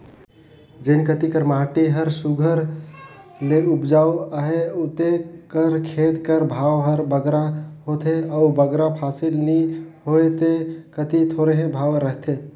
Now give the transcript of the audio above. जेन कती कर माटी हर सुग्घर ले उपजउ अहे उते कर खेत कर भाव हर बगरा होथे अउ बगरा फसिल नी होए ते कती थोरहें भाव रहथे